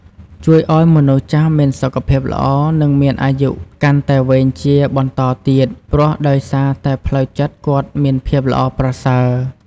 ជួយឲ្យមនុស្សចាស់មានសុខភាពល្អ និងមានអាយុកាន់តែវែងជាបន្តទៀត ព្រោះដោយសារតែផ្លូវចិត្តគាត់មានភាពល្អប្រសើរ។